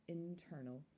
internal